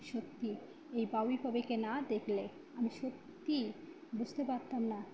সত্যি এই বাবুই পাখিকে না দেখলে আমি সত্যিই বুঝতে পারতাম না